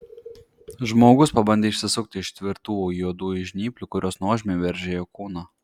žmogus pabandė išsisukti iš tvirtų juodųjų žnyplių kurios nuožmiai veržė jo kūną